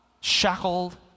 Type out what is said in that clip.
shackled